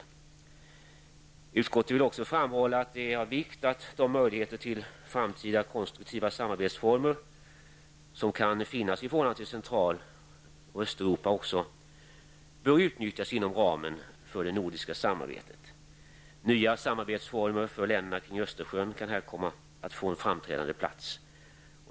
Utrikesutskottet vill också framhålla att det är av vikt att de möjligheter till framtida konstruktiva samarbetsformer som kan finnas i förhållandet till Central och Östeuropa också bör utnyttjas inom ramen för det nordiska samarbetet. Nya samarbetsformer för länderna kring Östersjön kan här komma att få en framträdande plats.